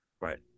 Right